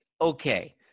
okay